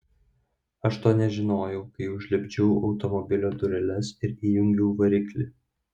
aš to nežinojau kai užlipdžiau automobilio dureles ir įjungiau variklį